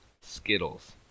Skittles